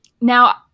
Now